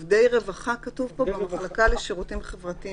כתוב פה "עובדי רווחה במחלקה לשירותים חברתיים